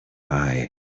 eye